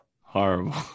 horrible